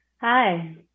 Hi